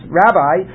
rabbi